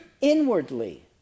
inwardly